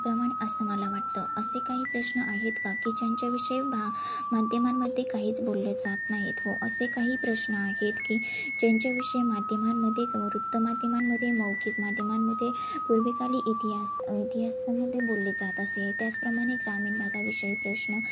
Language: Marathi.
प्रमाणे असं मला वाटतं असे काही प्रश्न आहेत का की ज्यांच्याविषयी भा माध्यमांमध्ये काहीच बोलले जात नाहीत व असे काही प्रश्न आहेत की ज्यांच्याविषयी माध्यमांमध्ये कवा वृत्तमाध्यमांमधे मौखिक माध्यमांमध्येे पूर्वीकाली इतिहास इतिहासामध्येे बोलले जात असेल त्याचप्रमाणे ग्रामीण भागाविषयी प्रश्न